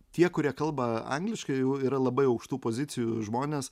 tie kurie kalba angliškai jų yra labai aukštų pozicijų žmonės